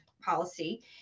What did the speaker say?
policy